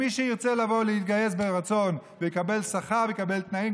מי שירצה לבוא ולהתגייס ברצון ולקבל שכר ותנאים,